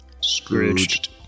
Scrooged